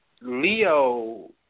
Leo